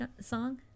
song